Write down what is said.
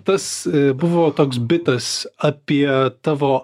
tas buvo toks bitas apie tavo